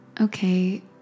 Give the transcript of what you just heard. Okay